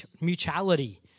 mutuality